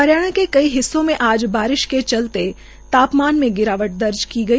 हरियाणा के कई हिस्सों में बारिश के चलते तापमान में गिरावट दर्ज की गई